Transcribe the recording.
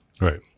Right